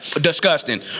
Disgusting